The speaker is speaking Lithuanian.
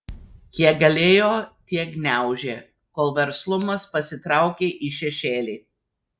kiek galėjo tiek gniaužė kol verslumas pasitraukė į šešėlį